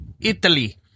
Italy